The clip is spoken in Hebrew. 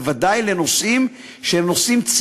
ואין גרוע מכך בוודאי בנושאים שהם נושאים